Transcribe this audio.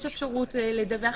יש אפשרות לדווח.